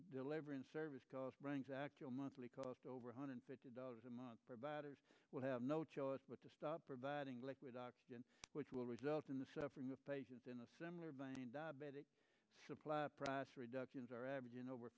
deliver in service cost brings actual monthly cost over one hundred fifty dollars a month providers would have no choice but to stop providing liquid oxygen which will result in the suffering of patients in a similar vein diabetic supply price reductions are averaging over